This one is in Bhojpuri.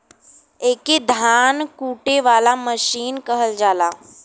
एके धान कूटे वाला मसीन कहल जाला